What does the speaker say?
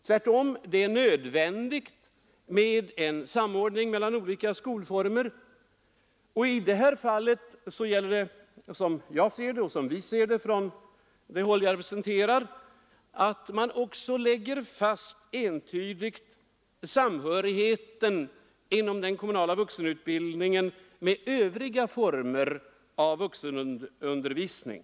Det är tvärtom nödvändigt med en samordning mellan olika skolformer, men i det här fallet bör man, som vi ser det, också entydigt lägga fast den kommunala vuxenutbildningens samhörighet med övriga former av vuxenundervisning.